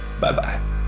Bye-bye